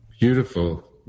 Beautiful